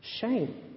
shame